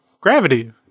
gravity